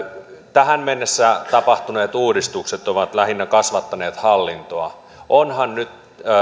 tähän mennessä tapahtuneet uudistukset ovat lähinnä kasvattaneet hallintoa onhan nyt